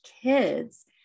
kids